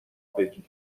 بگی